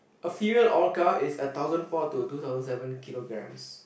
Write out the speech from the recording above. a female orca is a thousand four to two thousand seven kilograms